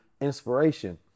inspiration